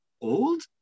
old